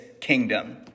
kingdom